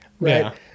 right